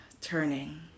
turning